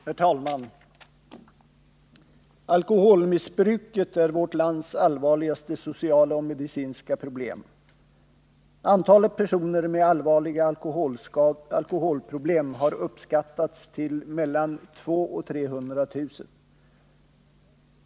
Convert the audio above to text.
Herr talman! Alkoholmissbruket är vårt lands allvarligaste sociala och medicinska problem. Antalet personer med allvarliga alkoholproblem har uppskattats till mellan 200 000 och 300 000.